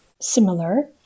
similar